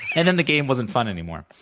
and then, the game wasn't fun anymore,